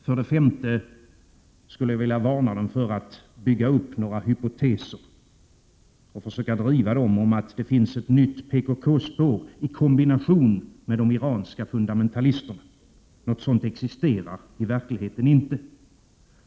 För det femte skulle jag vilja varna för att bygga upp några hypoteser och försöka driva dem om att det finns ett nytt PKK-spår i kombination med de iranska fundamentalisterna. Något sådant existerar i verkligheten inte.